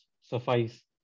suffice